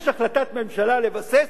יש החלטת ממשלה לבסס,